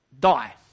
die